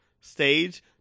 stage